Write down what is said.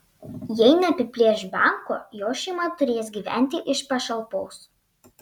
jei neapiplėš banko jo šeima turės gyventi iš pašalpos